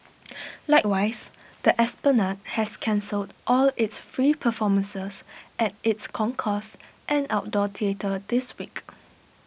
likewise the esplanade has cancelled all its free performances at its concourse and outdoor theatre this week